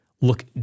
look